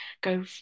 go